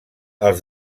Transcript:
als